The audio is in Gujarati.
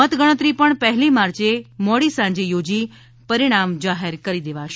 મત ગણતરી પણ પહેલી માર્ચે મોડી સાંજે યોજી પરિણામ જાહેર કરી દેવાશે